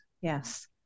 Yes